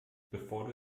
bevor